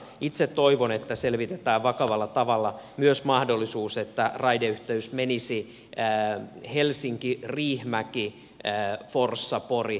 itse toivon että selvitetään vakavalla tavalla myös mahdollisuus että raideyhteys menisi välillä helsinkiriihimäkiforssapori